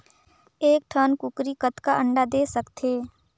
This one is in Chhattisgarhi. एक ठन कूकरी कतका अंडा दे सकथे?